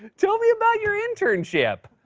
tell me about your internship.